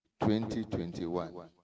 2021